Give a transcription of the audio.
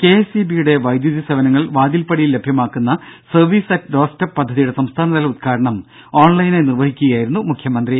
K S E ബിയുടെ വൈദ്യുതി സേവനങ്ങൾ വാതിൽപ്പടിയിൽ ലഭ്യമാക്കുന്ന സർവീസ് ഡോർസ്റ്റെപ് പദ്ധതിയുടെ സംസ്ഥാനതല ഉദ്ഘാടനം ഓൺലൈനായി നിർവഹിക്കുകയായിരിന്നു അദ്ദേഹം